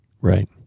right